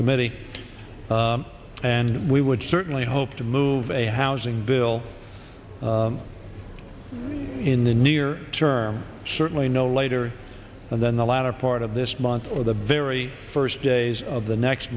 committee and we would certainly hope to move a housing bill in the near term certainly no later than the latter part of this month or the very first days of the next